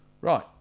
Right